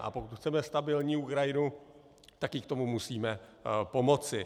A pokud chceme stabilní Ukrajinu, tak jí k tomu musíme pomoci.